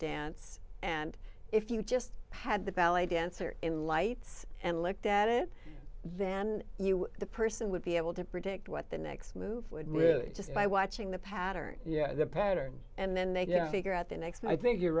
dance and if you just had the ballet dancer in lights and looked at it then the person would be able to predict what the next move would really just by watching the pattern yeah the pattern and then they go figure out the next i think you're